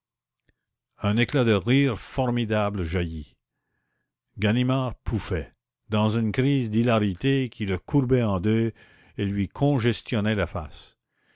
un éclat de rire formidable jaillit ganimard pouffait dans une crise d'hilarité qui le courbait en deux et lui congestionnait la face